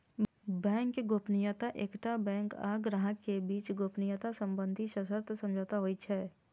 bank गोपनीयता एकटा bank आ ग्राहक के बीच गोपनीयता संबंधी सशर्त समझौता होइ छै